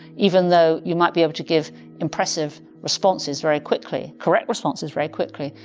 even though you might be able to give impressive responses very quickly, correct responses very quickly,